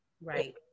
Right